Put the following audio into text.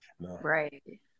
Right